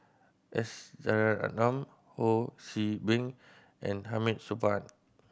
S Rajaratnam Ho See Beng and Hamid Supaat